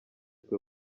twe